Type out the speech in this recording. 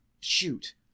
Shoot